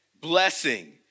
blessing